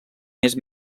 mes